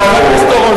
להגנת הסביבה.